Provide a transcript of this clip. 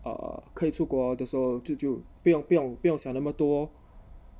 uh 可以出国的时候就就不用不用不用想那么多